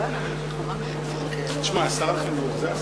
חברי חברי הכנסת, כאשר